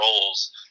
roles